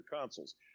consoles